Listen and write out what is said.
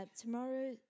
Tomorrow